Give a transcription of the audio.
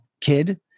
kid